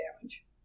damage